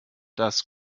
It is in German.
das